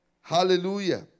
Hallelujah